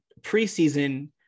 preseason